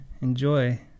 enjoy